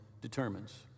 determines